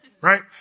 right